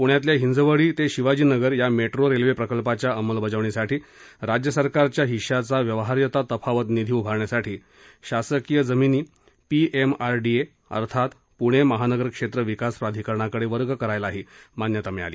प्रण्यातल्या हिंजवडी ते शिवाजीनगर या metro railway प्रकल्पाच्या अंमलबजावणीसाठी राज्य सरकारच्या हिश्श्याचा व्यवहार्यता तफावत निधी उभारण्यासाठी शासकीय जमिनी पीएमआरडीएकडे अर्थात पुणे महानगर क्षेत्र विकास प्राधिकरणाकडे वर्ग करायलाही मान्यता मिळाली